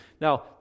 Now